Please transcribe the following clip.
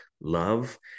love